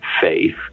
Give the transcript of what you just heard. faith